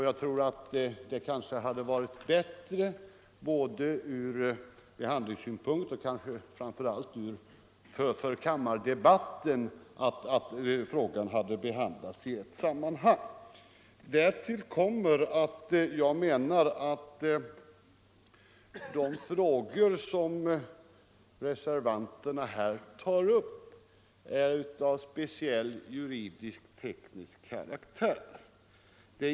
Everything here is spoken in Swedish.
Jag tror att det hade varit bättre både ur behandlingssynpunkt och framför allt för kammardebatten, om frågan hade behandlats i ett sammanhang. Därtill kommer att jag menar att de frågor som reservanterna tar upp är av speciell juridisk-teknisk karaktär.